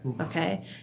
okay